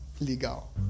legal